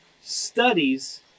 studies